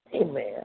Amen